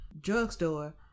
drugstore